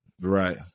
right